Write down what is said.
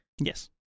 Yes